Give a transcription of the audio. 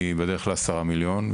היא בדרך ל-10 מיליון,